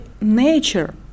nature